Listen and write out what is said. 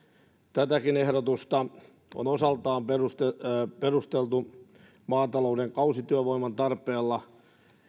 tätäkin ehdotusta on osaltaan perusteltu perusteltu maatalouden kausityövoiman tarpeella